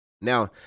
Now